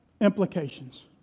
implications